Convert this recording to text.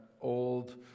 old